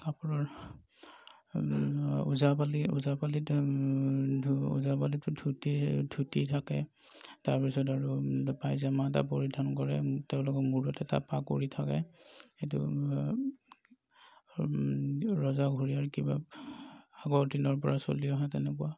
কাপোৰৰ ওজাপালি ওজাপালিটো ধু ওজাপালিটো ধুতি ধুতি থাকে তাৰপিছত আৰু পাইজামা এটা পৰিধান কৰে তেওঁলোকৰ মূৰত এটা পাগুৰি থাকে সেইটো ৰজাঘৰীয়াৰ কিবা আগৰ দিনৰপৰা চলি অহা তেনেকুৱা